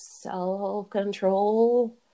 self-control